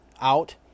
out